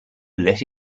let